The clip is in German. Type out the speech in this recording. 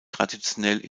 traditionell